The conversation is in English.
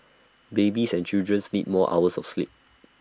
babies and children's need more hours of sleep